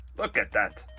look at that.